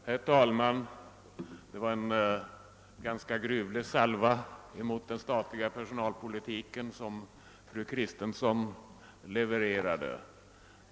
Herr talman! Det var en ganska gruvlig salva mot den statliga personalpolitiken som fru Kristensson levererade.